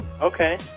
okay